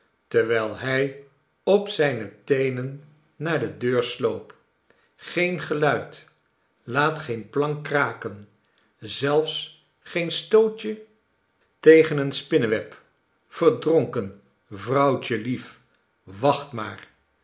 terwijl hij op zijne teenen naar de deur sloop geen geluid laat geen plank kraken zelfs geen stootje tegen een spinneweb verdronken vrouwtjelief wacht maar